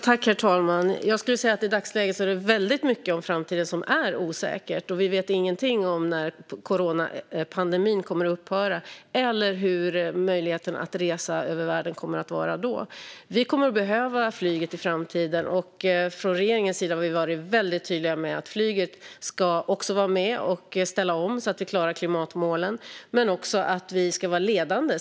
Herr talman! Jag skulle säga att det i dagsläget är väldigt mycket som gäller framtiden som är osäkert. Vi vet ingenting om när coronapandemin kommer att upphöra eller hur möjligheten att resa över världen kommer att se ut då. Vi kommer att behöva flyget i framtiden. Från regeringens sida har vi varit väldigt tydliga med att flyget ska vara med och ställa om så att vi klarar klimatmålen men också med att vi ska vara ledande.